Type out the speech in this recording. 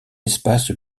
espace